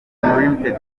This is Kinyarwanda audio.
unlimited